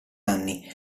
anni